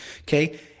Okay